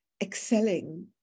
excelling